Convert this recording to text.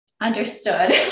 understood